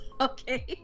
Okay